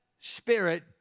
spirit